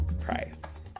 price